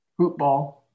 HOOPBALL